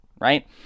right